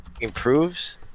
improves